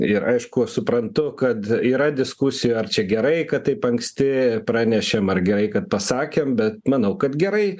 ir aišku suprantu kad yra diskusija ar čia gerai kad taip anksti pranešėm ar gerai kad pasakėm bet manau kad gerai